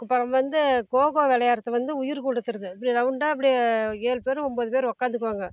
அப்புறம் வந்து கோ கோ விளையாட்றது வந்து உயிர் கொடுக்கறது இப்படி ரவுண்டாக இப்படியே ஏழு பேரும் ஒம்போது பேர் உக்காந்துக்குவாங்க